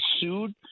sued